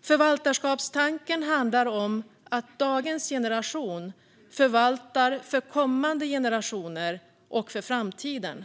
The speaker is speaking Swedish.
Förvaltarskapstanken handlar om att dagens generation förvaltar för kommande generationer och för framtiden.